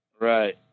Right